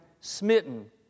smitten